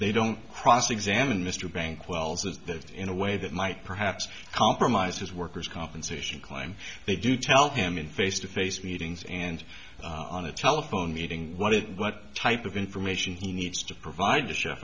they don't cross examine mr bank wells is that in a way that might perhaps compromise his worker's compensation claim they do tell him in face to face meetings and on a telephone meeting what it what type of information he needs to provide to chef